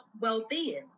well-being